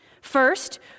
First